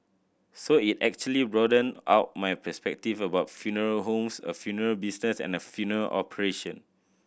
so it actually broadened out my perspective about funeral homes a funeral business a funeral operation